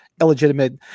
illegitimate